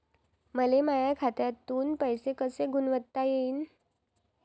मले माया खात्यातून पैसे कसे गुंतवता येईन?